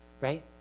Right